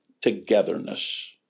togetherness